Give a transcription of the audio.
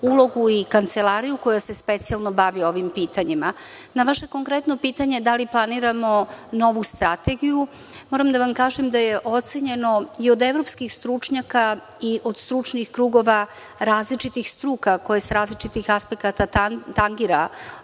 ulogu i kancelariju koja se specijalno bavi ovim pitanjima. Na vaše konkretno pitanje da li planiramo novu strategiju, moram da vam kažem da je ocenjeno i od evropskih stručnjaka i od stručnih krugova različitih struka koji sa različitih aspekata tangira